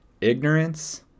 ignorance